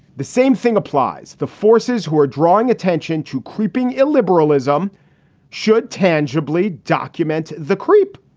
the same thing applies. the forces who are drawing attention to creeping illiberalism should tangibly document the creep.